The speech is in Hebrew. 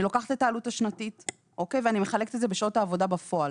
אני לוקחת את העלות השנתית ואני מחלקת את זה בשעות העבודה בפועל.